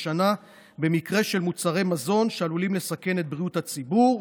בשנה במקרה של מוצרי מזון שעלולים לסכן את בריאות הציבור,